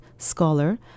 scholar